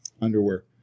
underwear